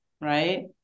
right